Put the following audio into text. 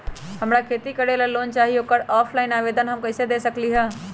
हमरा खेती करेला लोन चाहि ओकर ऑफलाइन आवेदन हम कईसे दे सकलि ह?